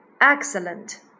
excellent